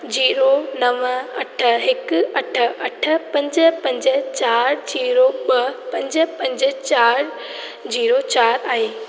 जीरो नव अठ हिकु अठ अठ पंज पंज चारि जीरो ॿ पंज पंज चारि जीरो चारि आहे